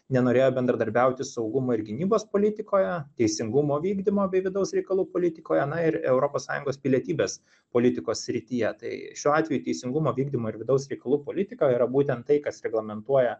nenorėjo bendradarbiauti saugumo ir gynybos politikoje teisingumo vykdymo bei vidaus reikalų politikoje na ir europos sąjungos pilietybės politikos srityje tai šiuo atveju teisingumo vykdymo ir vidaus reikalų politika yra būtent tai kas reglamentuoja